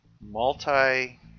multi